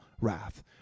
wrath